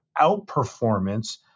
outperformance